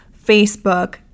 Facebook